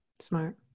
Smart